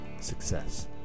success